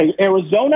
Arizona